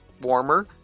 warmer